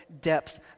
depth